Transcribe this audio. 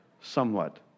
somewhat